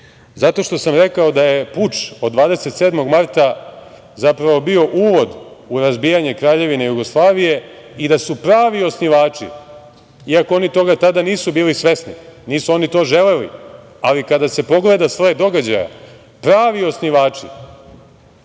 zato što sam rekao da je puč od 27. marta zapravo bio uvod u razbijanje Kraljevine Jugoslavije i da su pravi osnivači, iako oni toga tada nisu bili svesni, nisu to želeli, ali kada se pogleda slet događaja, pravi osnivači